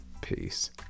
Peace